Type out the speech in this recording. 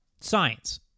Science